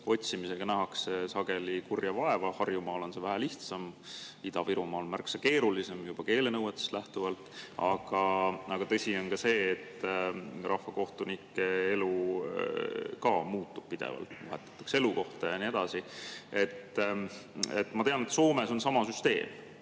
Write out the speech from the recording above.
otsimisega nähakse sageli kurja vaeva. Harjumaal on see vähe lihtsam, Ida-Virumaal märksa keerulisem, juba keelenõuetest lähtuvalt. Tõsi on ka see, et rahvakohtunike elu muutub pidevalt, vahetatakse elukohta ja nii edasi. Ma tean, et Soomes on sama süsteem,